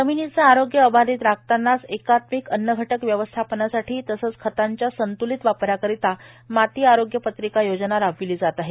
जमिनीचे आरोग्य अबाधित राखतानाच एकात्मीक अन्नघटक व्यवस्थापनासाठी तसेच खतांच्या संतुलीत वापराकरिता माती आरोग्य पत्रिका योजना राबविली जात आहे